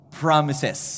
promises